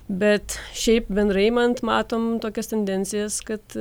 bet šiaip bendrai imant matom tokias tendencijas kad